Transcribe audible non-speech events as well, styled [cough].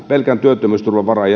pelkän työttömyysturvan varaan [unintelligible]